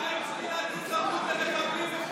מה עם שלילת אזרחות למחבלים,